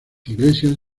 iglesias